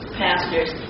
pastors